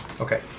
Okay